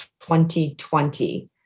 2020